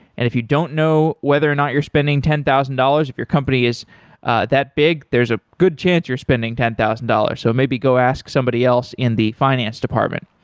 and if you don't know whether or not you're spending ten thousand dollars, if your company is that big, there's a good chance you're spending ten thousand dollars. so maybe go ask somebody else in the finance department.